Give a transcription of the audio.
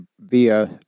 via